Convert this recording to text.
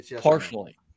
Partially